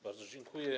Bardzo dziękuję.